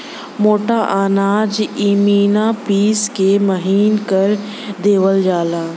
मोटा अनाज इमिना पिस के महीन कर देवल जाला